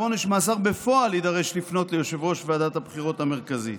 עונש מאסר בפועל יידרש לפנות ליושב-ראש ועדת הבחירות המרכזית,